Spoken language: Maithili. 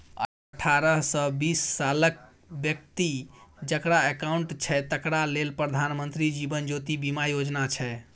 अठारहसँ बीस सालक बेकती जकरा अकाउंट छै तकरा लेल प्रधानमंत्री जीबन ज्योती बीमा योजना छै